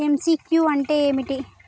MCQ అంటే ఏమిటి?